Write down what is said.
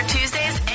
Tuesdays